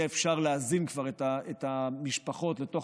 יהיה אפשר להזין את המשפחות לתוך